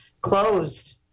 closed